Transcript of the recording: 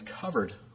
covered